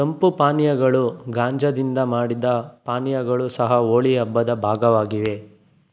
ತಂಪು ಪಾನೀಯಗಳು ಗಾಂಜಾದಿಂದ ಮಾಡಿದ ಪಾನೀಯಗಳು ಸಹ ಹೋಳಿ ಹಬ್ಬದ ಭಾಗವಾಗಿವೆ